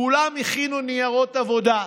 כולם הכינו ניירות עבודה,